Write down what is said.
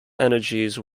energies